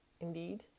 indeed